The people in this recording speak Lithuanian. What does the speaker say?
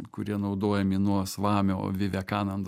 kurie naudojami nuo asvamio vivekanando